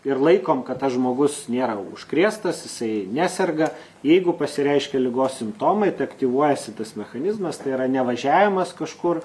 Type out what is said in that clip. ir laikom kad tas žmogus nėra užkrėstas jisai neserga jeigu pasireiškė ligos simptomai tai aktyvuojasi tas mechanizmas tai yra ne važiavimas kažkur